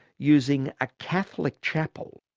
using a catholic chapel.